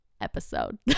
episode